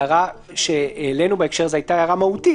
ההערה שהעלינו בהקשר הזה הייתה הערה מהותית,